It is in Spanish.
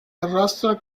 arrastra